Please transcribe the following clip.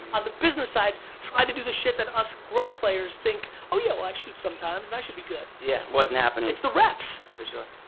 on the business side, try to do the shit that us grub players think, oh yeah, well, i shoot sometimes and i should be good. yeah, it wasn't happening. it's the reps! for sure.